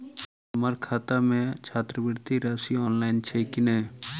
हम्मर खाता मे छात्रवृति राशि आइल छैय की नै?